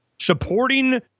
supporting